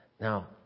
now